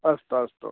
अस्तु अस्तु